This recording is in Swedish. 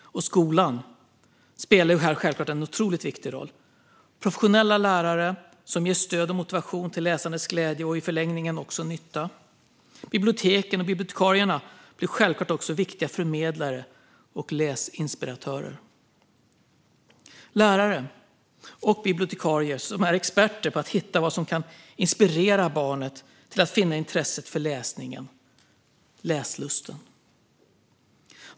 Skolan spelar här självklart en otroligt viktig roll, med professionella lärare som ger stöd och motivation till läsandets glädje och i förlängningen också nytta. Biblioteken och bibliotekarierna blir självklart också viktiga förmedlare och läsinspiratörer. Lärare och bibliotekarier är experter på att hitta vad som kan inspirera barnet till att finna intresset för läsning, läslusten.